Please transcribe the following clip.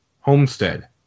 Homestead